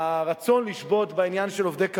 הרצון לשבות בעניין של עובדי קבלן,